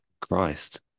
Christ